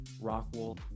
Rockwell